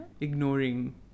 ignoring